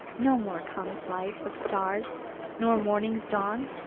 no more comes light of stars nor morning's dawn,